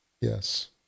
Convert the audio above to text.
Yes